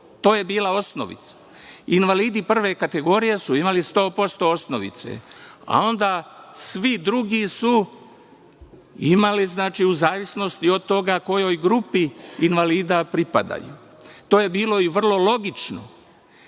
To je bila osnovica. Invalidi prve kategorije su imali 100% osnovice, a onda svi drugi su imali u zavisnosti od toga kojoj grupi invalida pripadaju. To je bilo i vrlo logično. Moglo